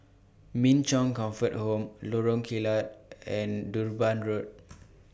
Min Chong Comfort Home Lorong Kilat and Durban Road